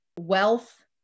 wealth